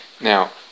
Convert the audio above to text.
Now